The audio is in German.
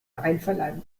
einverleiben